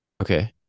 Okay